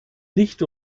nicht